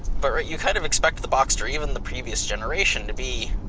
but but you kind of expect the boxster even the previous generation, to be